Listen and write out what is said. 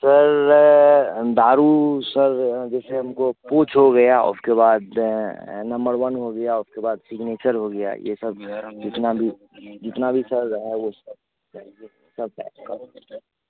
sir दारू sir जैसे हमको पूच हो गया उसके बाद नंबर वन हो गया उसके बाद सिग्नेचर हो गया ये सब जो हैं जितना भी जितना भी चल रहा है वो सब चाहिए सब पैक कर दो सर